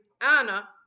Anna